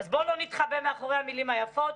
אז בוא לא נתחבא מאחורי המילים היפות,